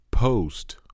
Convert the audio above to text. Post